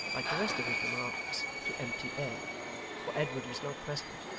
like the rest of his remarks, to empty air for edward was not present,